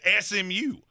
SMU